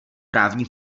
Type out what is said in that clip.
právní